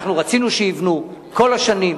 אנחנו רצינו שיבנו כל השנים.